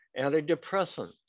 antidepressants